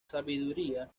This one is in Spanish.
sabiduría